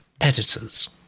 editors